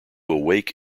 awake